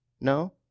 No